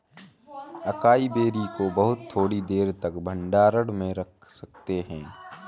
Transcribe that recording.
acai berry को बहुत थोड़ी देर तक भंडारण में रख सकते हैं